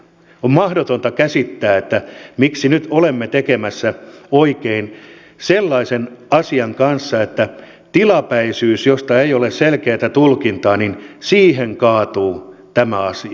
on mahdotonta käsittää miksi nyt olemme tekemässä oikein sellaisen asian kanssa että tilapäisyyteen josta ei ole selkeätä tulkintaa kaatuu tämä asia